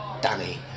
Danny